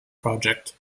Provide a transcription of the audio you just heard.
project